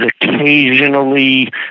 occasionally